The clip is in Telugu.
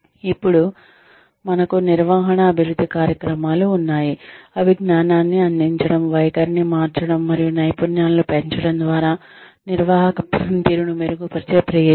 ఇప్పుడు మనకు నిర్వహణ అభివృద్ధి కార్యక్రమాలు ఉన్నాయి అవి జ్ఞానాన్ని అందించడం వైఖరిని మార్చడం మరియు నైపుణ్యాలను పెంచడం ద్వారా నిర్వాహక పనితీరును మెరుగుపరిచే ప్రయత్నాలు